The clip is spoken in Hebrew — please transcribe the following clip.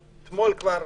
אתמול הייתי כבר